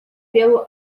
pelo